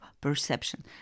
perception